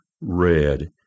red